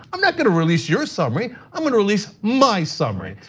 i'm not gonna release your summary. i'm gonna release my summary.